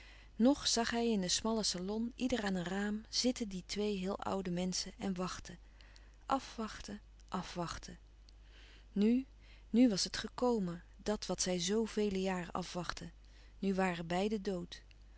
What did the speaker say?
zag hij in den smallen salon ieder aan een raam zitten de twee heel oude menschen en wachten afwachten afwachten nu nu was het gekomen dat wat zij zoo vele jaren afwachtten nu nu waren beiden dood